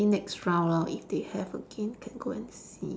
maybe next round lor if they have again can go and see